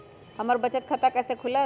हमर बचत खाता कैसे खुलत?